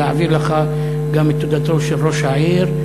ולהעביר לך גם את תודתם של ראש העיר,